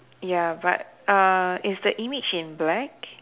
ya but err is the image in black